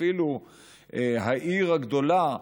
אפילו העיר הגדולה,